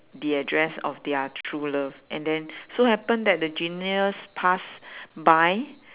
the address of their true love and then so happen that the genius pass by